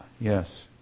yes